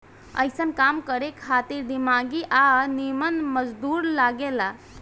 अइसन काम करे खातिर दिमागी आ निमन मजदूर लागे ला